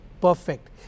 perfect